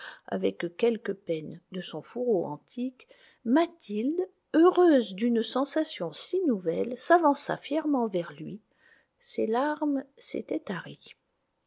avec quelque peine de son fourreau antique mathilde heureuse d'une sensation si nouvelle s'avança fièrement vers lui ses larmes s'étaient